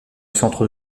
centre